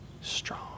strong